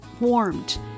warmed